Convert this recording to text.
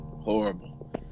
horrible